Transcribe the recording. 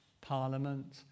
parliament